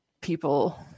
people